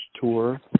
tour